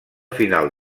final